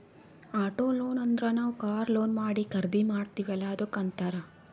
auto loan ಅಂದುರ್ ನಾವ್ car loan ಮಾಡಿ ಖರ್ದಿ ಮಾಡ್ತಿವಿ ಅಲ್ಲಾ ಅದ್ದುಕ್ ಅಂತ್ತಾರ್